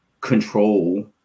control